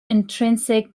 intrinsic